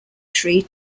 tree